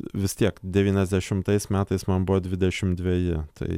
vis tiek devyniasdešimtais metais man buvo dvidešim dveji tai